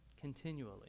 continually